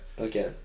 Okay